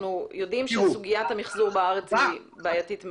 אנחנו יודעים שסוגיית המחזור בארץ היא בעייתית מאוד.